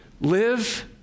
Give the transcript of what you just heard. Live